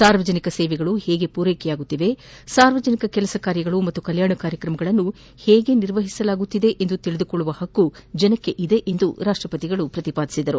ಸಾರ್ವಜನಿಕ ಸೇವೆಗಳು ಹೇಗೆ ಪೂರ್ಸೆಕೆಯಾಗುತ್ತಿವೆ ಸಾರ್ವಜನಿಕ ಕೆಲಸ ಕಾರ್ಯಗಳು ಮತ್ತು ಕಲ್ಲಾಣ ಕಾರ್ಯಕ್ರಮಗಳನ್ನು ಹೇಗೆ ನಿರ್ವಹಿಸಲಾಗುತ್ತಿದೆ ಎಂದು ತಿಳಿದುಕೊಳ್ಳುವ ಹಕ್ಕು ಜನತೆಗೆ ಇದೆ ಎಂದು ರಾಷ್ಟಪತಿ ನುಡಿದರು